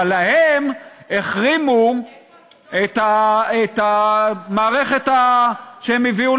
אבל להם החרימו את המערכת שהם הביאו,